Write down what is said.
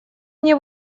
мне